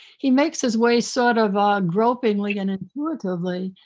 he makes his way sort of grippingly and informatively,